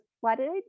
flooded